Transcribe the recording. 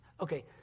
Okay